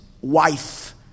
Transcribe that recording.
wife